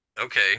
Okay